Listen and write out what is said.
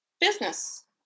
business